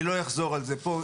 אני לא אחזור על זה פה.